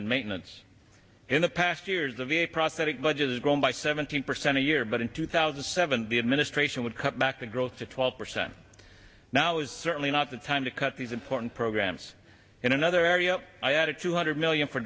and maintenance in the past years the v a prosthetic budget has grown by seventeen percent a year but in two thousand and seven the administration would cut back the growth to twelve percent now is certainly not the time to cut these important programs in another area i added two hundred million for